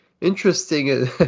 interesting